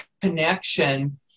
connection